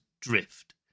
Drift